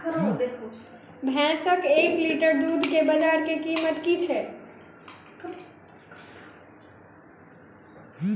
भैंसक एक लीटर दुध केँ बजार कीमत की छै?